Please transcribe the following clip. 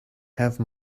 have